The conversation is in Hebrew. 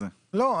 לא,